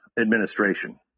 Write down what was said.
administration